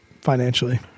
financially